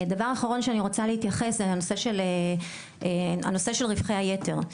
דבר אחרון שאני רוצה להתייחס זה הנושא של רווחי היתר,